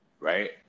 Right